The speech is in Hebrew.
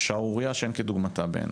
שערורייה שאין כדוגמתה בעיניי.